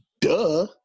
duh